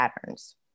patterns